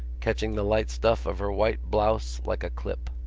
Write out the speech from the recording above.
catching the light stuff of her white blouse like a clip.